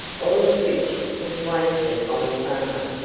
all of which was wasted on the farmer,